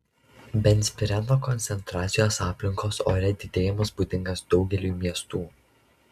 benzpireno koncentracijos aplinkos ore didėjimas būdingas daugeliui miestų